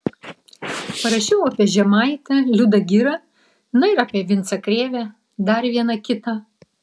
parašiau apie žemaitę liudą girą na ir apie vincą krėvę dar vieną kitą